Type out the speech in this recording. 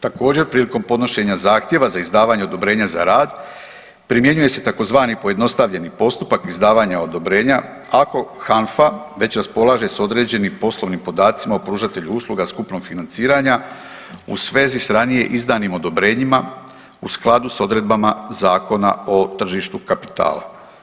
Također prilikom podnošenja zahtjeva za izdavanje odobrenja za rad primjenjuje se tzv. pojednostavljeni postupak izdavanja odobrenja ako HANFA već raspolaže s određenim poslovnim podacima o pružatelju usluga skupnog financiranja u svezi s ranije izdanim odobrenjima u skladu s odredbama Zakona o tržištu kapitala.